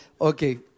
okay